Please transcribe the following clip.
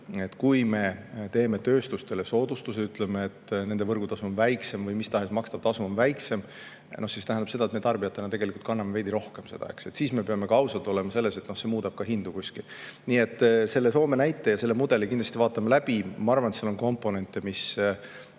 et kui me teeme tööstustele soodustusi ja ütleme, et nende võrgutasu on väiksem või mis tahes makstav tasu on väiksem, siis see tähendab seda, et me tarbijatena kanname veidi rohkem seda. Siis me peame ka ausad olema selles, et see muudab ka hindu kuskil. Selle Soome näite ja selle mudeli kindlasti vaatame läbi. Ma arvan, et seal on komponente, mis